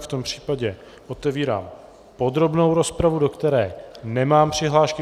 V tom případě otevírám podrobnou rozpravu, do které nemám přihlášky.